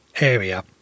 area